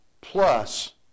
plus